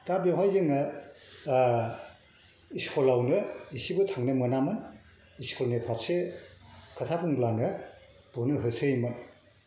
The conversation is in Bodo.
दा बेवहाय जोङो स्कुल आवनो इसेबो थांनो मोनामोन स्कुल नि फारसे खोथा बुंब्लानो बुनो होसोयोमोन